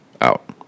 Out